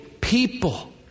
people